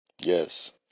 yes